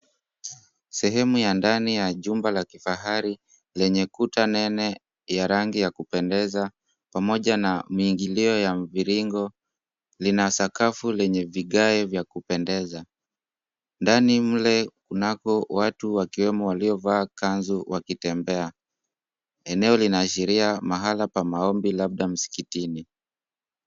Sehemu ya ndani ya jumba la kifahari lenye kuta nene ya rangi ya kupendeza, pamoja na miingilio ya mviringo lina sakafu lenye vigae vya kupendeza. Ndani mle kunako watu, wakiwemo waliovaa kanzu wakitembea. Eneo linaashiria mahala pa maombi labda msikitini.